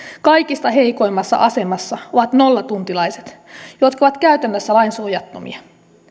kaikista heikoimmassa asemassa ovat nollatuntilaiset jotka ovat käytännössä lainsuojattomia